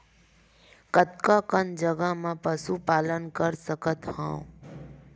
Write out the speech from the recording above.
कतका कन जगह म पशु पालन कर सकत हव?